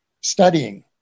studying